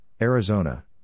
Arizona